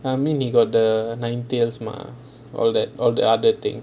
I mean he got the nine tails mah all that all the other thing